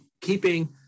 keeping